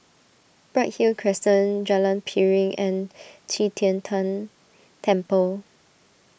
Bright Hill Crescent Jalan Piring and Qi Tian Tan Temple